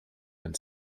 and